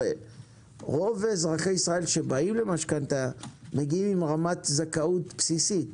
הרי רוב אזרחי ישראל שבאים למשכנתא מגיעים עם רמת זכאות בסיסית